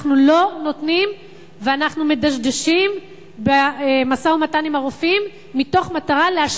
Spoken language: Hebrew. אנחנו מדשדשים במשא-ומתן עם הרופאים מתוך מטרה להשכיח,